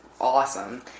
awesome